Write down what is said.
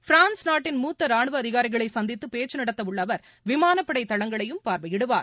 France நாட்டின் மூத்த ரானுவ அதிகாரிகளை சந்தித்து பேச்சு நடத்த உள்ள அவர் விமானப்படை தளங்களையும் பார்வையிடுவார்